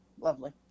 lovely